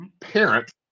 parent